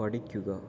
പഠിക്കുക